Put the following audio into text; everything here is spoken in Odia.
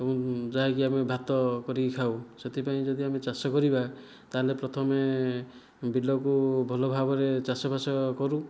ଏବଂ ଯାହାକି ଆମେ ଭାତ କରିକି ଖାଉ ସେଥିପାଇଁ ଯଦି ଆମେ ଚାଷ କରିବା ତାହେଲେ ପ୍ରଥମେ ବିଲକୁ ଭଲ ଭାବରେ ଚାଷବାସ କରୁ